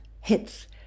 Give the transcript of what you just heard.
hits